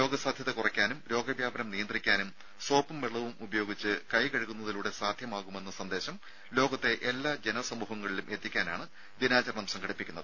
രോഗസാധ്യത കുറയ്ക്കാനും രോഗവ്യാപനം നിയന്ത്രിക്കാനും ഉപയോഗിച്ച് വെള്ളവും കൈകഴുകുന്നതിലൂടെ സാധ്യമാകുമെന്ന സന്ദേശം ലോകത്തെ എല്ലാ ജനസമൂഹങ്ങളിലും എത്തിക്കാനാണ് ദിനാചരണം സംഘടിപ്പിക്കുന്നത്